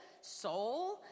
soul